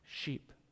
sheep